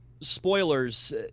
spoilers